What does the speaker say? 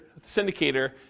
syndicator